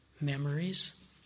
Memories